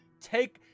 Take